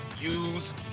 use